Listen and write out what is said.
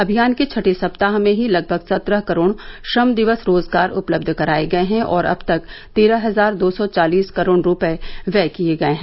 अभियान के छठे सप्ताह में ही लगभग सत्रह करोड़ श्रम दिवस रोजगार उपलब्ध कराए गए हैं और अब तक तेरह हजार दो सौ चालीस करोड़ रुपये व्यय किये गये हैं